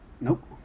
Nope